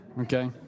Okay